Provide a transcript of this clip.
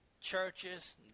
churches